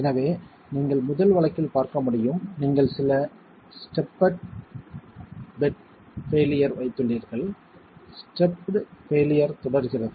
எனவே நீங்கள் முதல் வழக்கில் பார்க்க முடியும் நீங்கள் சில ஸ்டெப்பெட் பெயிலியர் வைத்துளீர்கள் ஸ்டெப்பெட் பெயிலியர் தொடர்கிறது